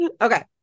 Okay